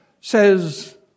says